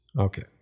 Okay